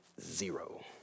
Zero